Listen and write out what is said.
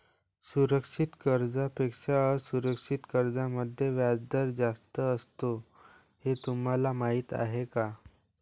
सुरक्षित कर्जांपेक्षा असुरक्षित कर्जांमध्ये व्याजदर जास्त असतो हे तुम्हाला माहीत आहे का?